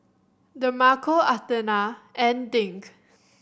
Demarco Athena and Dink